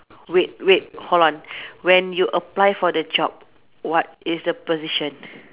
wait wait hold on when you apply for the job what is the position